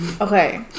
Okay